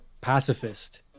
pacifist